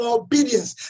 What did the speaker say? obedience